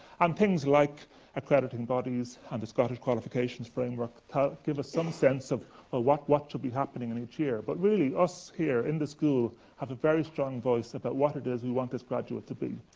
and things like accrediting bodies and the scottish qualifications framework give us some sense of ah what what should be happening in each year. but really, us here in the school have a very strong voice about what it is we want this graduate to be.